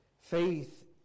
faith